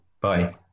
Bye